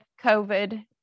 COVID